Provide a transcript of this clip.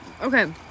Okay